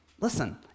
listen